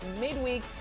midweek